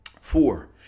Four